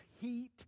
heat